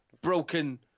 broken